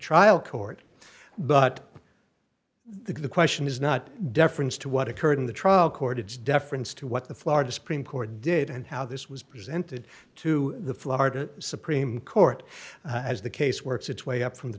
trial court but the question is not deference to what occurred in the trial court it's deference to what the florida supreme court did and how this was presented to the florida supreme court as the case works its way up from the